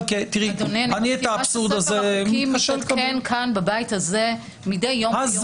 אני מזכירה שספר החוקים מתעדכן כאן בבית הזה מדי יום ביומו.